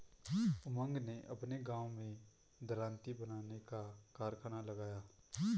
उमंग ने अपने गांव में दरांती बनाने का कारखाना लगाया